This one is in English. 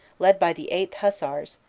led by the eighth hussars,